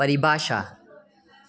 परिभाशा